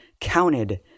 counted